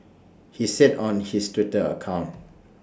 he said on his Twitter account